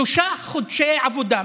שלושה חודשי עבודה.